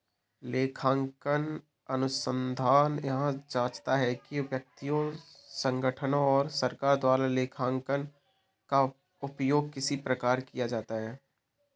लेखांकन अनुसंधान यह जाँचता है कि व्यक्तियों संगठनों और सरकार द्वारा लेखांकन का उपयोग किस प्रकार किया जाता है